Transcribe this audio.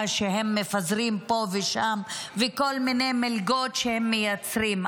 שהם מפזרים פה ושם וכל מיני מלגות שהם מייצרים.